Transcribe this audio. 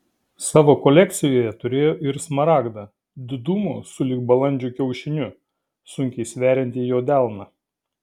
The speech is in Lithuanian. savo kolekcijoje turėjo ir smaragdą didumo sulig balandžio kiaušiniu sunkiai sveriantį jo delną